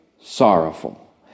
sorrowful